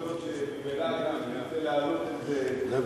התפתחויות וננסה להעלות את זה.